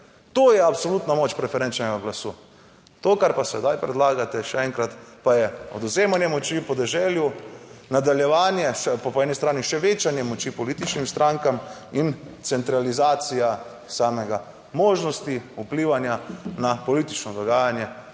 to je absolutno moč preferenčnega glasu. To, kar pa sedaj predlagate, še enkrat, pa je odvzemanje moči podeželju. Nadaljevanje, po eni strani, še večanje moči političnim strankam in centralizacija samega, možnosti vplivanja na politično dogajanje